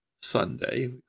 Sunday